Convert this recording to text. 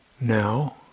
Now